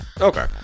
Okay